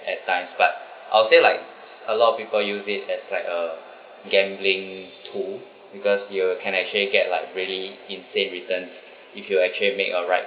at times but I'll say like a lot of people use it as like a gambling tool because you will can actually get like really insane returns if you actually make a right